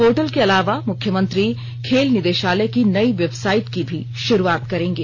portal के अलावा मुख्यमंत्री खेल निदेशलय की नयी वेबसाइट की भी शुरूआत करेंगे